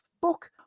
book